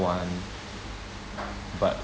one but